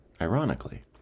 ironically